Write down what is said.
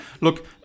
Look